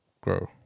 grow